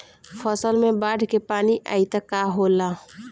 फसल मे बाढ़ के पानी आई त का होला?